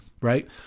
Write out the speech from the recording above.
right